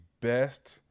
best